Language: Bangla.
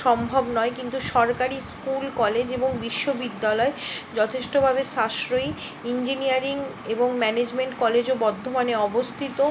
সম্ভব নয় কিন্তু সরকারি স্কুল কলেজ এবং বিশ্ববিদ্যালয় যথেষ্টভাবে সাশ্রয়ী ইঞ্জিনিয়ারিং এবং ম্যানেজমেন্ট কলেজও বর্ধমানে অবস্থিত